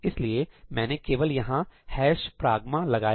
इसलिए मैंने केवल यहां ' pragma' लगाया